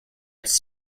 its